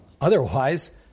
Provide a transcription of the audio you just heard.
Otherwise